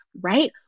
right